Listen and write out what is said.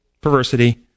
perversity